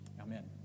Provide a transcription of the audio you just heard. Amen